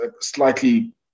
slightly